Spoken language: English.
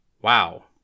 Wow